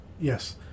Yes